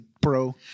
bro